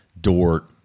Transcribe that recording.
Dort